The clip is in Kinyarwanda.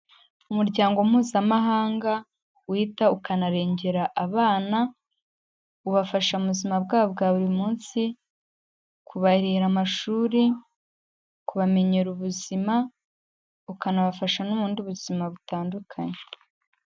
Umuryango mpuzamahanga wita ukanarengera abana, ubafasha mu buzima bwabo bwa buri munsi, kubahira amashuri, kubamenyera ubuzima, ukanabafasha no mu bundi buzima butandukanye.